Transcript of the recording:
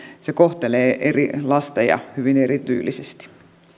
se kohtelee eri lasteja hyvin erityylisesti